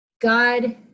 God